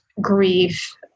grief